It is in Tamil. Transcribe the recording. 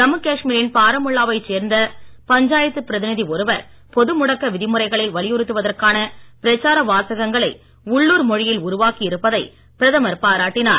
ஜம்மு காஷ்மீ ரின் பாராமுல்லா வைச் சேர்ந்த பஞ்சாயத்து பிரதிநிதி ஒருவர் பொது முடக்க விதிமுறைகளை வலியுறுத்துவதற்கான பிரச்சார வாசகங்களை உள்ளூர் மொழியில் உருவாக்கி இருப்பதை பிரதமர் பாராட்டினார்